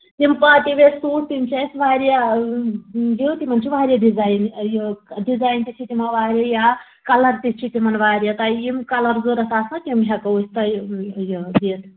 یِم party wear suit تِم چھِ اَسہِ واریاہ یہِ تِمَن چھِ واریاہ ڈِزایِن یہِ ڈِزایِن تہِ چھِ تِمَن واریاہ یہِ ہا کَلَر تہِ چھِ تِمَن واریاہ تۄہہِ یِم کَلَر ضوٚرَتھ آسنَو تِم ہٮ۪کَو أسۍ تۄہہِ یہِ دِتھ